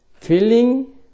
feeling